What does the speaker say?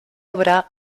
obra